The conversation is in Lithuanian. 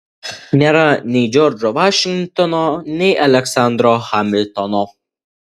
nėra nei džordžo vašingtono nei aleksandro hamiltono